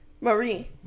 marie